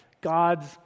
God's